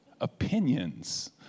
opinions